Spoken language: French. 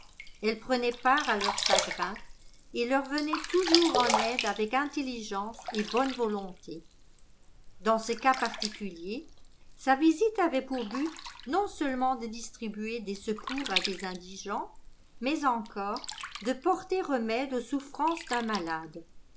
elle prenait part à leur chagrin et leur venait toujours en aide avec intelligence et bonne volonté dans ce cas particulier sa visite avait pour but non seulement de distribuer des secours à des indigents mais encore de porter remède aux souffrances d'un malade